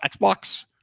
Xbox